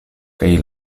kaj